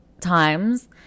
times